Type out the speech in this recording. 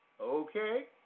Okay